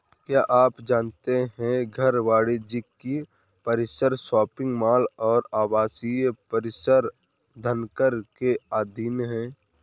क्या आप जानते है घर, वाणिज्यिक परिसर, शॉपिंग मॉल और आवासीय परिसर धनकर के अधीन हैं?